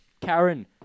Karen